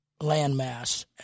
landmass